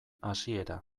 hasiera